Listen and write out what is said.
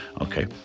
Okay